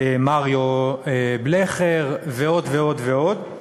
מריו בלכר ועוד ועוד ועוד,